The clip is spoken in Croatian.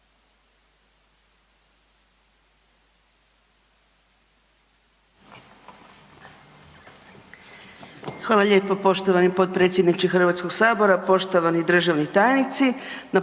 Hvala lijepo poštovani potpredsjedniče HS-a, poštovani državni tajnici.